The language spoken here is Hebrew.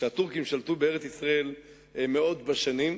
הטורקים שלטו בארץ-ישראל מאות בשנים,